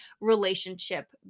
relationship